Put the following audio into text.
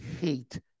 hate